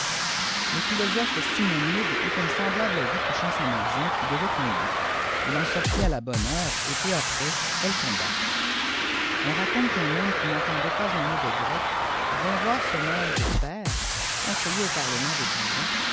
ile ilosbphe simonide eut un semblable avis touchant hiamn qm dêiriiit tcmber il en sortit à la bonne heure et peu très elle to'mba on raconte qu'un homme qui n'entendait pas un mot de grec lént voir saumaitfe père cônseilieau parlement de dijoii